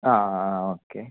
ആഹാ ആ ഓക്കെ